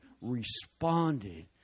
responded